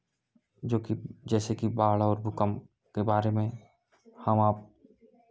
जो कि जैसे कि बाढ़ और भूकंप के बारे में हम आप